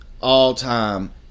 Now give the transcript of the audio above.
all-time